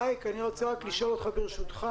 ראיק, אני רוצה לשאול, ברשותך